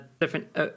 different